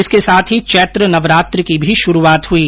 इसके साथ ही चैत्र नवरात्र की भी शुरूआत हुई